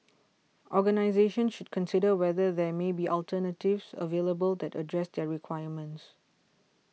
organisations should consider whether there may be alternatives available that address their requirements